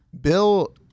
Bill